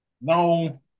No